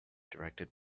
directed